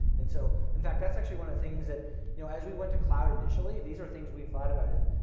and so, in fact that's actually one of the things that you know as we went to cloud initially, these are things we've thought about it.